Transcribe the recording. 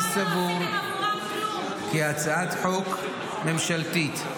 אני סבור כי הצעת חוק ממשלתית,